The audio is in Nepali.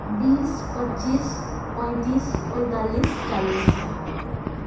बिस पच्चिस पैँतिस पैँतालिस चालिस